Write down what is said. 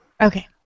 Okay